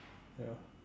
ya